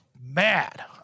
mad